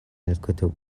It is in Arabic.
الكتب